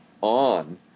on